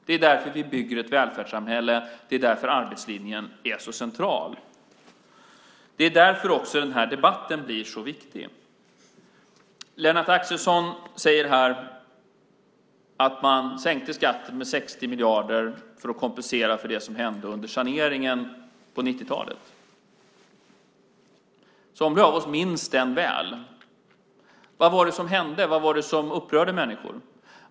Det är därför vi bygger ett välfärdssamhälle. Det är därför arbetslinjen är så central. Det är också därför den här debatten blir så viktig. Lennart Axelsson säger att man sänkte skatten med 60 miljarder för att kompensera för det som hände under saneringen på 90-talet. Somliga av oss minns den väl. Vad var det som hände? Vad var det som upprörde människor?